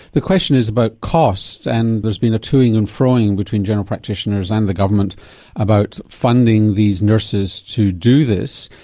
the question is about cost and there's been a toing and froing between general practitioners and the government about funding these nurses to do this.